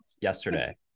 yesterday